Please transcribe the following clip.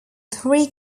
three